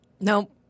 Nope